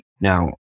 Now